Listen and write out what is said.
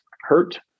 hurt